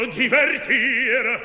divertir